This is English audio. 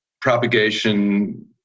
propagation